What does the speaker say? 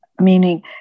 Meaning